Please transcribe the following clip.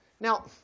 Now